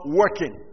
working